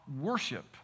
worship